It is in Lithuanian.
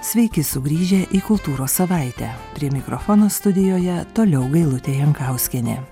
sveiki sugrįžę į kultūros savaitę prie mikrofono studijoje toliau gailutė jankauskienė